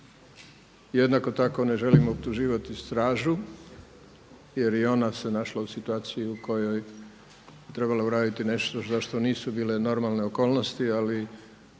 Jednako tako ne želim optuživati stražu jer i ona se našla u situaciji u kojoj je trebalo uraditi nešto za što nisu bile normalne okolnosti ali